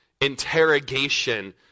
interrogation